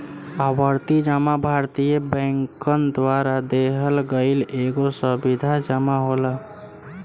आवर्ती जमा भारतीय बैंकन द्वारा देहल गईल एगो सावधि जमा होला